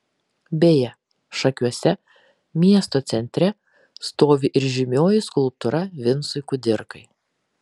beje šakiuose miesto centre stovi ir žymioji skulptūra vincui kudirkai